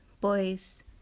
boys